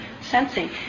sensing